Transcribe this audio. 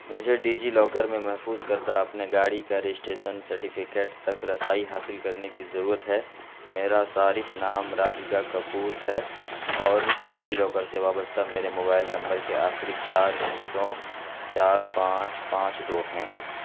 مجھے DigiLocker میں محفوظ کردہ اپنے گاڑی کا رجسٹریسن سرٹیفکیٹ تک رسائی حاصل کرنے کی ضرورت ہے میرا صارف نام رادھکا کپور ہے اور ڈیجی لاکر سے وابستہ میرے موبائل نمبر کے آخری چار ہندسوں چار پانچ پانچ دو ہیں